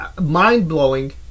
mind-blowing